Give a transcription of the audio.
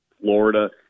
Florida